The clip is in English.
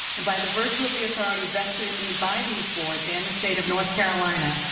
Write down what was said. and by the virtue of the authority vested in me by these boards and the state of north carolina,